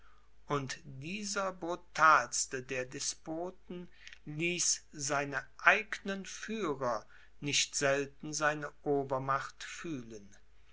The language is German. und dieser brutalste der despoten ließ seine eignen führer nicht selten seine obermacht fühlen